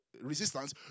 resistance